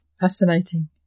fascinating